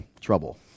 trouble